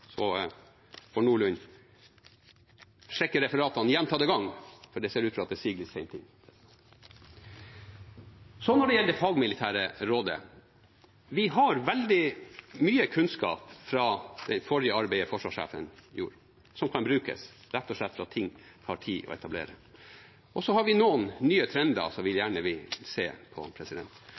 Så får Nordlund sjekke referatene gjentatte ganger, for det ser ut til at det siger litt sent inn. Når det gjelder det fagmilitære rådet: Vi har veldig mye kunnskap fra det forrige arbeidet forsvarssjefen gjorde, som kan brukes, rett og slett fordi ting tar tid å etablere. Så har vi noen nye trender som vi gjerne vil se på.